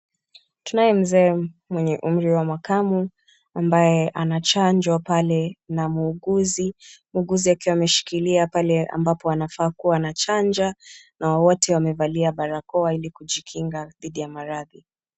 Tunaye mzee mwenye umri wa makamo ambaye anachanjwa pale na muuguzi, muuguzi akiwa ameshikilia pale ambapo anafaa kuwa anachanja na wote wamevaalia barakoa ili kujikinga dhidi ya maradhi.